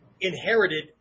inherited